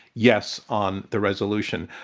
yes, on the resolution.